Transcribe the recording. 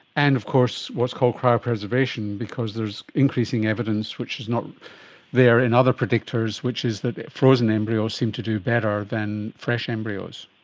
and of course what's called cryopreservation, because there is increasing evidence which is not there in other predictors which is that frozen embryos seem to do better than fresh embryos.